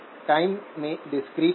यह टाइम में डिस्क्रीट है